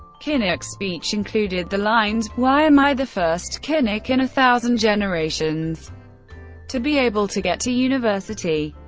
kinnock's speech included the lines why am i the first kinnock in a thousand generations to be able to get to university?